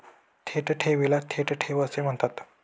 थेट ठेवीला थेट ठेव असे म्हणतात